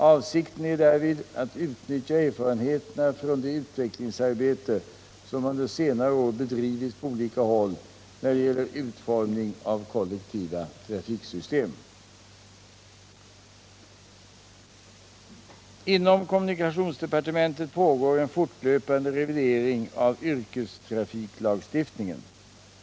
Avsikten är därvid att utnyttja erfarenheterna från det utvecklingsarbete som under senare år bedrivits på olika håll när det gäller utformning av kollektiva trafiksystem. Inom kommunikationsdepartementet pågår en fortlöpande revidering av yrkestrafikslagstiftningen.